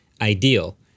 ideal